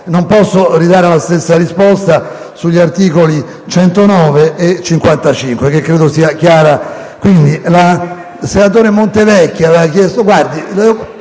Non posso ridare la stessa risposta sugli articoli 109 e 55 del Regolamento, che credo sia chiara.